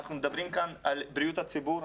אנחנו מדברים כאן על בריאות הציבור,